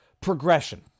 progression